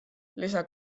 lisa